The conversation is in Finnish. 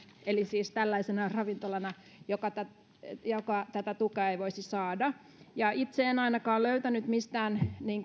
eli tällaisena ravintolana joka tätä tukea ei voisi saada ja itse en ainakaan löytänyt mistään